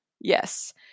Yes